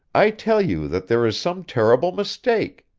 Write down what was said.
i tell you that there is some terrible mistake!